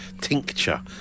tincture